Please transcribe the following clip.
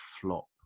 flop